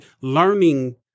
learning